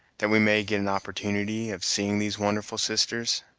that we may get an opportunity of seeing these wonderful sisters?